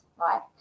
right